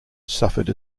suffered